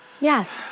Yes